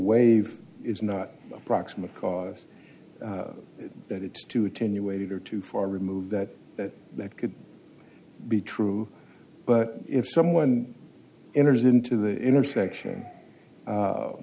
wave is not a proximate cause that it's too attenuated or too far removed that that that could be true but if someone enters into the intersection